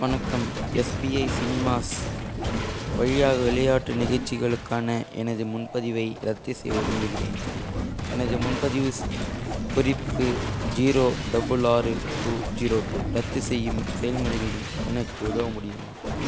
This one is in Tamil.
வணக்கம் எஸ்பிஐ சினிமாஸ் வழியாக விளையாட்டு நிகழ்ச்சிகளுக்கான எனது முன்பதிவை ரத்து செய்ய விரும்புகிறேன் எனது முன்பதிவு குறிப்பு ஜீரோ டபுள் ஆறு டூ ஜீரோ டூ ரத்து செய்யும் செயல்முறையில் எனக்கு உதவ முடியுமா